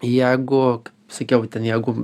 jeigu sakiau ten jeigu